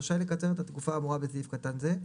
רשאי לקצר את התקופה האמורה בסעיף קטן זה,